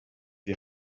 die